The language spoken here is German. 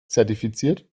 zertifiziert